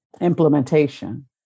implementation